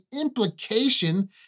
implication